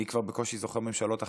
אני כבר בקושי זוכר ממשלות אחרות,